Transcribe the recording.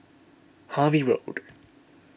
Harvey Road